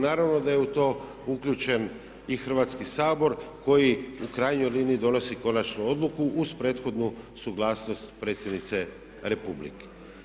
Naravno da je u to uključen i Hrvatski sabor koji u krajnjoj liniji donosi konačnu odluku uz prethodnu suglasnost Predsjednice Republike.